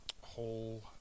whole